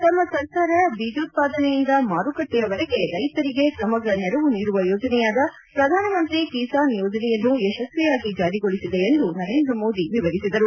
ತಮ್ಮ ಸರ್ಕಾರ ಬಿಜೋತ್ಪಾದನೆಯಿಂದ ಮಾರುಕಟ್ಟೆಯವರೆಗೆ ರೈತರಿಗೆ ಸಮಗ್ರ ನೆರವು ನೀಡುವ ಯೋಜನೆಯಾದ ಪ್ರಧಾನಮಂತ್ರಿ ಕಿಸಾನ್ ಯೋಜನೆಯನ್ನು ಯಶಸ್ವಿಯಾಗಿ ಜಾರಿಗೊಳಿಸಿದೆ ಎಂದು ನರೇಂದ್ರ ಮೋದಿ ವಿವರಿಸಿದರು